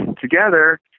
together